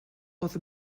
oedd